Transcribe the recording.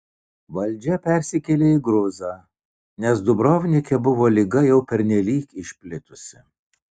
valdžia persikėlė į gruzą nes dubrovnike buvo liga jau pernelyg išplitusi